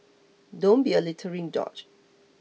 don't be a littering douche